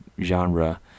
genre